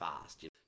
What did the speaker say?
fast